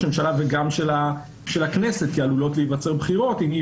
הממשלה וגם של הכנסת כי עלולות להיווצר בחירות אם אי